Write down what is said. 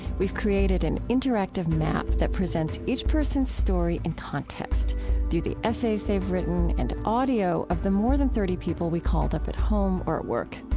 we've created an interactive map that presents each person's story in context through the essays they've written and audio of the more than thirty people we called up at home or at work.